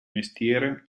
mestiere